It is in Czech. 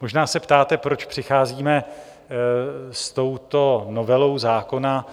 Možná se ptáte, proč přicházíme s touto novelou zákona